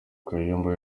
kayumba